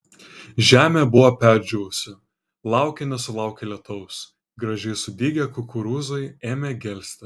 žemė buvo perdžiūvusi laukė nesulaukė lietaus gražiai sudygę kukurūzai ėmė gelsti